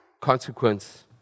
consequence